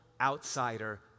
outsider